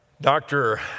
doctor